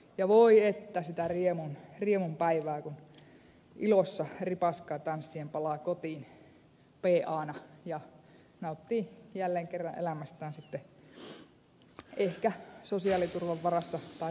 ja voi että sitä riemun päivää kun ilossa ripaskaa tanssien palaa kotiin peeaana ja nauttii jälleen kerran elämästään sitten ehkä sosiaaliturvan varassa tai sitten ei